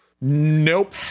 Nope